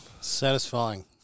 Satisfying